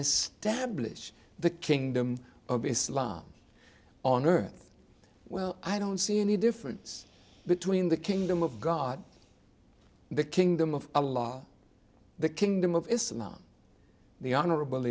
this dam blish the kingdom of islam on earth well i don't see any difference between the kingdom of god the kingdom of a law the kingdom of islam the honorable